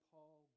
Paul